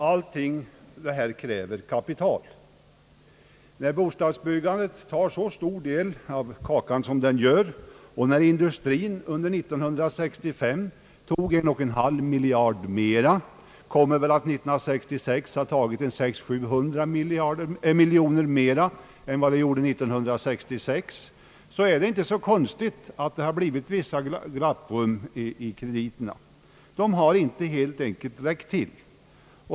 Detta kräver också kapital. När bostadsbyggandet tar så stor del av kakan som nu är fallet och när industrien under 1965 tog en och en halv miljard mer — den kommer väl under 1966 att ha tagit 600—700 miljoner mer än under 1965 — är det inte så underligt att det uppstått vissa glapprum i fråga om krediterna. Dessa har helt enkelt inte räckt till.